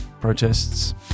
protests